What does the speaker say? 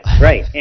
right